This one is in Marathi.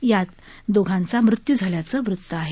यात दोघांचा मृत्यू झाल्याचं वृत्त आहे